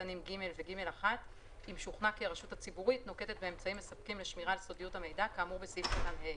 בסעיף חדש שלא קיים בחוק הנוכחי.